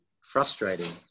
frustrating